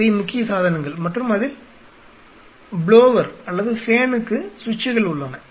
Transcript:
இவை முக்கிய சாதனங்கள் மற்றும் அதில் ப்ளோவெர் அல்லது ஃபேனுக்கு சுவிட்சுகள் உள்ளன